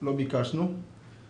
שלא ביקשנו את התייחסותם.